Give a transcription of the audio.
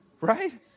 right